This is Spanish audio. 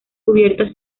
cubierta